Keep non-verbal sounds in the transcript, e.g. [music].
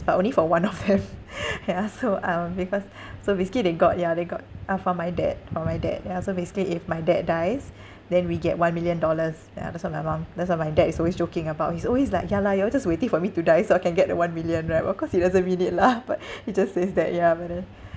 but only for one of them [laughs] ya so um because so basically they got ya they got ah for my dad for my dad ya so basically if my dad dies then we get one million dollars ya that's what my mum that's what my dad is always joking about he's always like ya lah you all just waiting for me to die so I can get the one million right but of course he doesn't mean it lah [laughs] but he just says that ya but then